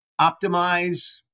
optimize